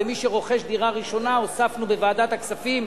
ומי שרוכש דירה ראשונה הוספנו בוועדת הכספים,